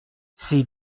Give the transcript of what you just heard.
ces